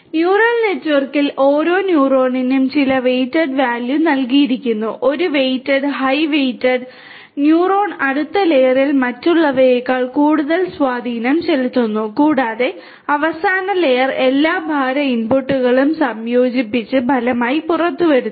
neural നെറ്റ്വർക്കിൽ ഓരോ ന്യൂറോണിനും ചില വെയ്റ്റഡ് വാല്യു നൽകിയിരിക്കുന്നു ഒരു വെയ്റ്റഡ് ഹൈ വെയിറ്റഡ് ന്യൂറോൺ അടുത്ത ലെയറിൽ മറ്റുള്ളവയേക്കാൾ കൂടുതൽ സ്വാധീനം ചെലുത്തുന്നു കൂടാതെ അവസാന ലെയർ എല്ലാ ഭാര ഇൻപുട്ടുകളും സംയോജിപ്പിച്ച് ഫലമായി പുറത്തുവരുന്നു